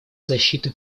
защиты